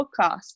podcast